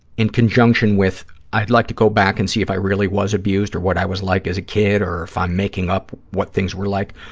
in conjunction with i'd like to go back and see if i really was abused or what i was like as a kid or if i'm making up what things were like,